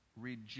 reject